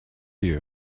you